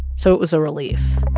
so it was a relief.